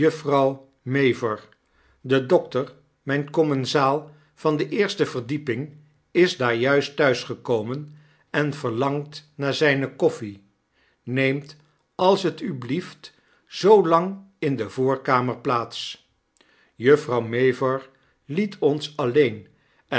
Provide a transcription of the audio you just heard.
de dokter mijn commensaal van de eerste verdieping isdaar juistthuisgekomen en verlangt naar zyne koffie neemt als t u blieft zoolang inde voorkamerplaats juffrouw mavor liet ons alleen